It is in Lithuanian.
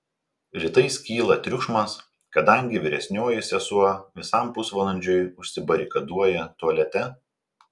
rytais kyla triukšmas kadangi vyresnioji sesuo visam pusvalandžiui užsibarikaduoja tualete